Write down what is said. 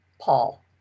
Paul